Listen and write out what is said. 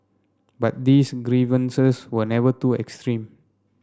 but these grievances were never too extreme